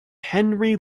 henry